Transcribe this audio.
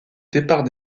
départ